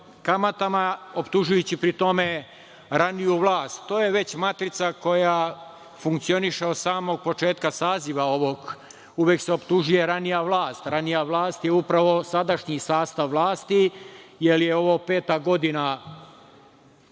kamatama, optužujući pri tome raniju vlast. To je već matrica koja funkcioniše od samog početka ovog saziva. Uvek se optužuje ranija vlast. Ranija vlast je upravo sadašnji sastav vlasti, jer je ovo peta godina